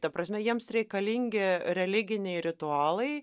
ta prasme jiems reikalingi religiniai ritualai